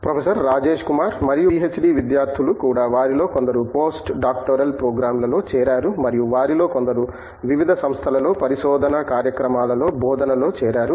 professor Rajesh Kumar మరియు PhD విద్యార్థులు కూడా వారిలో కొందరు పోస్ట్ డాక్టోరల్ ప్రోగ్రామ్లలో చేరారు మరియు వారిలో కొందరు వివిధ విద్యా సంస్థలలో పరిశోధన కార్యక్రమాలలో బోధనలో చేరారు